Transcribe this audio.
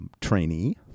trainee